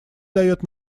дает